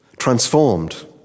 transformed